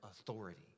authority